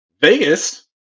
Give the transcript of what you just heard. Vegas